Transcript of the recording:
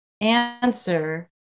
answer